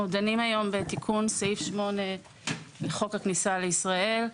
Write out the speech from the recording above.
אנחנו דנים היום בתיקון סעיף 8 לחוק הכניסה לישראל.